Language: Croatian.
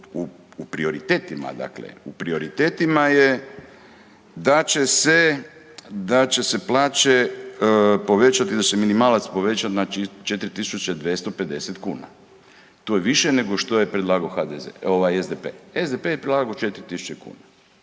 u prioritetima je da će se, da će se plaće povećati, da će se minimalac povećati na 4.250 kuna, to je više nego što je predlagao HDZ ovaj SDP, SDP je predlagao 4.000 kuna.